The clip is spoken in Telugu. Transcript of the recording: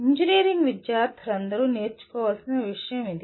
ఇంజనీరింగ్ విద్యార్థులందరూ నేర్చుకోవలసిన విషయం ఇది